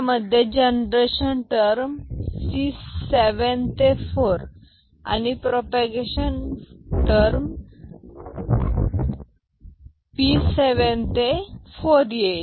मध्ये generation term G 7 ते 4 आणि प्रोपागेशन टर्म P 7 ते 4 येईल